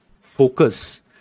focus